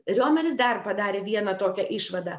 riomeris dar padarė vieną tokią išvadą